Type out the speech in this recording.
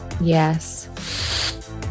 Yes